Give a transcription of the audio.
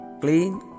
clean